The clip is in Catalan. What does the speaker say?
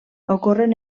ocorren